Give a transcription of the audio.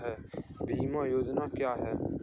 बीमा योजना क्या है?